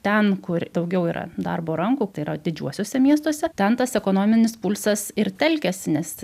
ten kur daugiau yra darbo rankų ir o didžiuosiuose miestuose ten tas ekonominis pulsas ir telkiasi nes